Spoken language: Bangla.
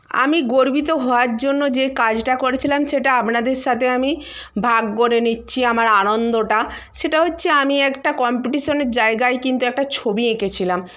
আমি গর্বিত হওয়ার জন্য যে কাজটা করেছিলাম সেটা আপনাদের সাথে আমি ভাগ করে নিচ্ছি আমার আনন্দটা সেটা হচ্ছে আমি একটা কম্পিটিশনের জায়গায় কিন্তু একটা ছবি এঁকেছিলাম